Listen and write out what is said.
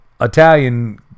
Italian